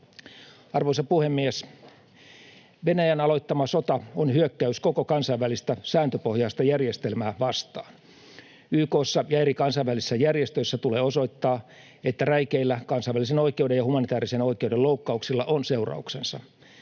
Arvoisa puhemies! Venäjän aloittama sota on hyökkäys koko kansainvälistä sääntöpohjaista järjestelmää vastaan. YK:ssa ja eri kansainvälisissä järjestöissä tulee osoittaa, että räikeillä kansainvälisen oikeuden ja humanitäärisen oikeuden loukkauksilla on seurauksensa.